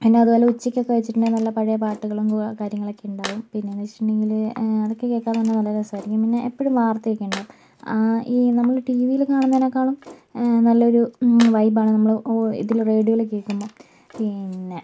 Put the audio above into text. പിന്നെ അതുപോലെ ഉച്ചക്ക് ഒക്കെ വെച്ചിട്ടുണ്ടെങ്കിൽ നല്ല പഴയ പാട്ടുകൾ കാര്യങ്ങൾ ഒക്കെ ഉണ്ടാകും പിന്നെ എന്ന് വെച്ചിട്ടുണ്ടെങ്കിൽ അതൊക്കെ കേൾക്കാൻ തന്നെ നല്ല രസമായിരിക്കും പിന്നെ ഇപ്പോഴും വാർത്ത ഒക്കെ ഉണ്ടാകും ആ ഈ നമ്മൾ ടി വിയിൽ കാണുന്നതിനെക്കാളും നല്ലൊരു വൈബാണ് നമ്മൾ ഒ ഇതിൽ റേഡിയോയിൽ കേൾക്കുമ്പോൾ പിന്നെ